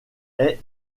est